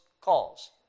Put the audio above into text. calls